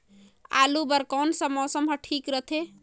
आलू बार कौन सा मौसम ह ठीक रथे?